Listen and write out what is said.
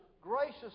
gracious